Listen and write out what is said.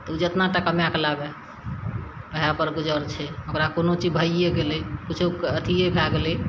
तऽ उ जेतना तक कमाकऽ लाबय ओहेपर गुजर छै ओकरा कोनो चीज भइए गेलय कुछो अथीये भए गेलय